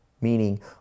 Meaning